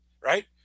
right